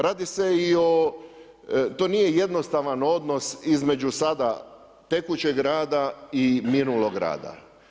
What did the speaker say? Radi se i o, to nije jednostavan odnos između sada tekućeg rada i minulog rada.